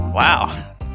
Wow